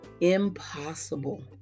impossible